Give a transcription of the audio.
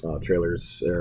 trailers